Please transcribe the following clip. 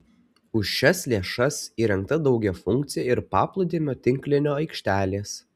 už šias lėšas įrengta daugiafunkcė ir paplūdimio tinklinio aikštelės